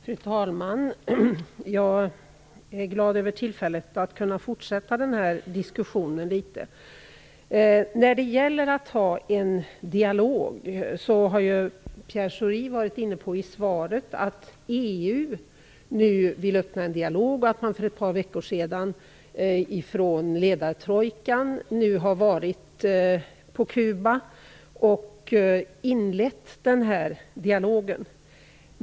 Fru talman! Jag är glad över tillfället att kunna fortsätta den här diskussionen litet. När det gäller att ha en dialog har Pierre Schori i sitt svar varit inne på att EU nu vill öppna en dialog och att man från ledartrojkan för ett par veckor sedan har varit på Kuba och inlett den här dialogen.